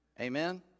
Amen